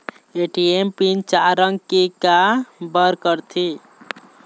ATM pin चार अंक के का बर करथे?